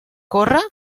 córrer